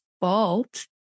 fault